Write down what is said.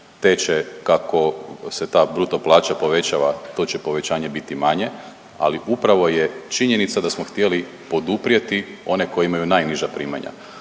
te će kako se ta bruto plaća povećava to će povećanje biti manje, ali upravo je činjenica da smo htjeli poduprijeti one koji imaju najniža primanja.